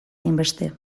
hainbeste